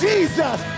Jesus